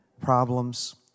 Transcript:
problems